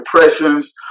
depressions